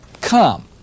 come